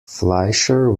fleischer